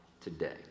today